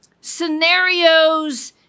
scenarios